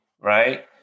right